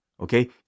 okay